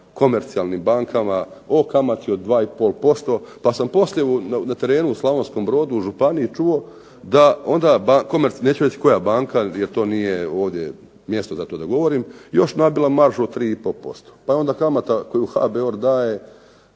komercijalnim bankama, o kamati od 2 i pol posto, pa sam poslije na terenu u Slavonskom Brodu, u županiji čuo da onda, neću reći koja banka jer to nije ovdje mjesto da to da govorim, još nabila maržu od 3 i pol posto. Pa je onda kamata koju HBOR daje